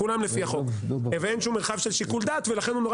כולם לפי החוק ואין שום מרחב של שיקול דעת ולכן הוא נורא